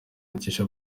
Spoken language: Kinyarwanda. akesha